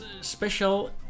special